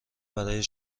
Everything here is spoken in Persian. برای